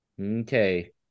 Okay